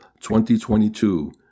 2022